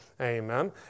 Amen